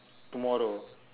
tomorrow